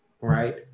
right